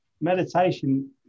meditation